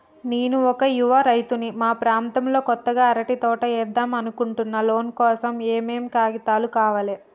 నేను ఒక యువ రైతుని మా ప్రాంతంలో కొత్తగా అరటి తోట ఏద్దం అనుకుంటున్నా లోన్ కోసం ఏం ఏం కాగితాలు కావాలే?